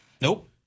Nope